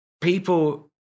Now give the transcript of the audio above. people